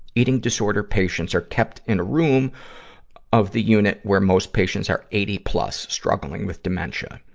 eating disorder patients are kept in a room of the unit where most patients are eighty plus, struggling with dementia.